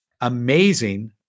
amazing